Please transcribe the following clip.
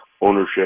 ownership